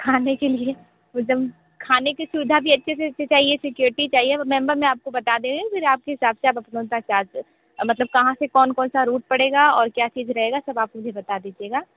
खाने के लिए मतलब खाने की सुविधा भी अच्छे से अच्छी चाहिए सिक्योरिटी चाहिए मेंबर मैं आपको बता दे रही हूँ फिर आपके हिसाब से आप अपना चार्ज मतलब कहाँ से कौन कौन सा रूट पड़ेगा और क्या चीज़ रहेगा सब आप मुझे बता दीजियेगा